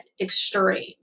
extreme